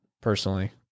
personally